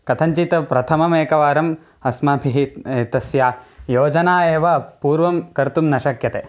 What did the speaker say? कथञ्चित् प्रथममेकवारम् अस्माभिः तस्य योजना एव पूर्वं कर्तुं न शक्यते